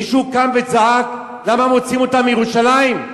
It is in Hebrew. מישהו קם וצעק למה מוציאים אותם מירושלים,